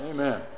Amen